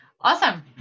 Awesome